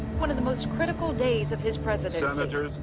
one of the most critical days of his presidency. senators,